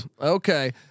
okay